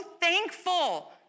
thankful